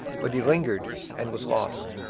but he lingered and was lost.